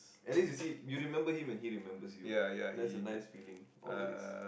at least you see you remember him and he remembers you that's a nice feeling always